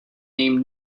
name